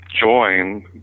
join